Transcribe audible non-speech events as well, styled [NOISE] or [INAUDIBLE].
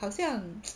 好像 [NOISE]